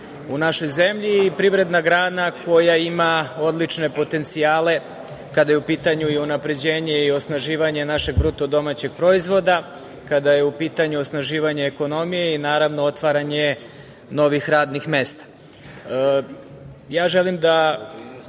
u našoj zemlji i privredna grana koja ima odlične potencijale kada je u pitanju i unapređenje i osnaživanje našeg BDP, kada je u pitanju osnaživanje ekonomije i naravno otvaranje novih radnih mesta. Želim da